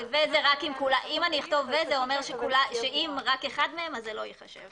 אם אכתוב ו- זה אומר שאם רק אחד מהם, זה לא ייחשב.